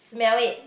smell it